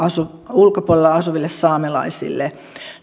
ulkopuolella asuville saamelaisille